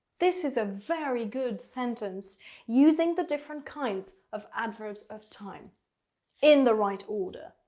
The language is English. this is a very good sentence using the different kinds of adverbs of time in the right order,